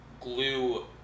glue